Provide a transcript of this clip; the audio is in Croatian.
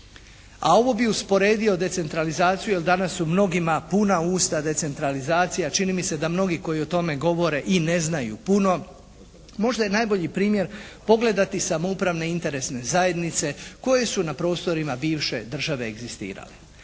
A ovo bi usporedio decentralizaciju, jer danas su mnogima puna usta decentralizacije, a čini mi se da mnogi koji o tome govore i ne znaju puno. Možda je najbolji primjer pogledati samoupravne interesne zajednice koje su na prostorima bivše države egzistirale.